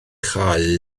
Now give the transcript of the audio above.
chau